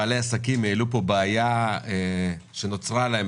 בעלי עסקים העלו פה בעיה שנוצרה להם,